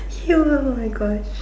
you ah oh my Gosh